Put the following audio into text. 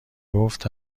گفت